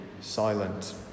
silent